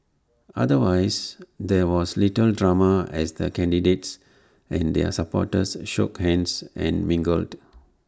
otherwise there was little drama as the candidates and their supporters shook hands and mingled